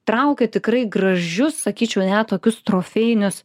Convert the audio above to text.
traukia tikrai gražius sakyčiau net tokius trofėjinius